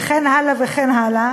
וכן הלאה וכן הלאה,